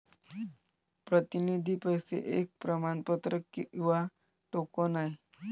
प्रतिनिधी पैसे एक प्रमाणपत्र किंवा टोकन आहे